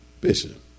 Bishop